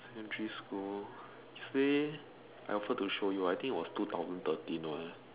secondary school three I also don't show you I think it was two thousand thirteen one